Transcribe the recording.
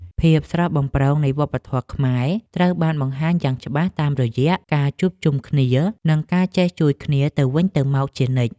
ភាពស្រស់បំព្រងនៃវប្បធម៌ខ្មែរត្រូវបានបង្ហាញយ៉ាងច្បាស់តាមរយៈការជួបជុំគ្នា និងការចេះជួយគ្នាទៅវិញទៅមកជានិច្ច។